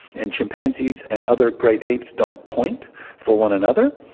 and chimpanzees and other great apes don't point for one another,